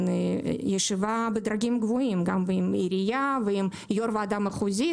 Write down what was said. ישיבה בדרגים גבוהים עם העירייה ועם יושב-ראש הוועדה המחוזית.